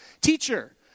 Teacher